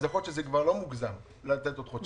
יכול להיות שזה כבר לא מוגזם לתת עוד חודשיים.